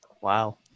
Wow